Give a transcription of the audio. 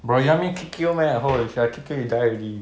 bro you want me kick you meh holy shi~ I kick you you die already